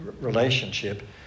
relationship